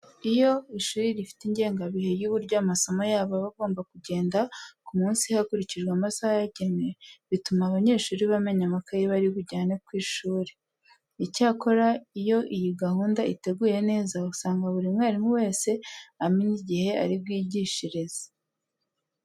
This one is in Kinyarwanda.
Iyo ishuri rifite ingengabihe y'uburyo amasomo yabo aba agomba kugenda ku munsi hakurikijwe amasaha yagenwe, bituma abanyeshuri bamenya amakayi bari bujyane ku ishuri. Icyakora iyo iyi gahunda iteguye neza usanga buri mwarimu wese amenya igihe ari bwigishirize.